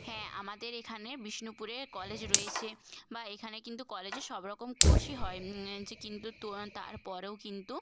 হ্যাঁ আমাদের এখানে বিষ্ণুপুরে কলেজ রয়েছে বা এখানে কিন্তু কলেজে সব রকম কোর্সই হয় যে কিন্তু তো তার পরেও কিন্তু